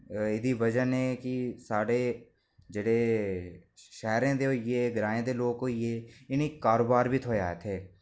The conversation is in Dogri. ते एह्दी बजह कन्नै जेह्ड़े कि साढ़े शैह्रें दे होई गे ग्राएं दे लोक होई गे इ'नें गी कारोबार बी थ्होएआ इत्थै